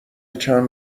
چند